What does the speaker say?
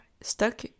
stuck